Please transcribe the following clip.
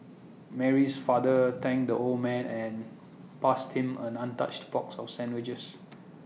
Mary's father thanked the old man and passed him an untouched box of sandwiches